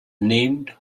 named